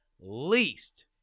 least